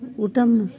ಊಟ ಮಾಡು